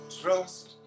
trust